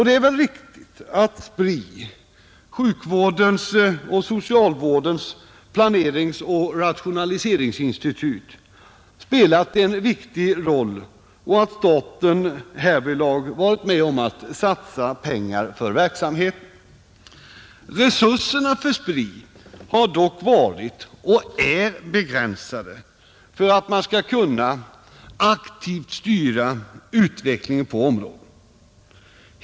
Det är väl riktigt att SPRI — sjukvårdens och socialvårdens planeringsoch rationaliseringsinstitut — spelat en viktig roll och att staten härvidlag varit med om att satsa pengar för verksamheten. Resurserna för SPRI har dock varit och är begränsade när det gäller att aktivt kunna styra utvecklingen på området.